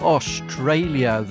Australia